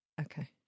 Okay